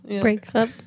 breakup